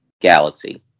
galaxy